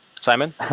Simon